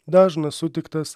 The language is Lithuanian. dažnas sutiktas